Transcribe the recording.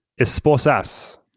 esposas